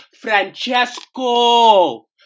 Francesco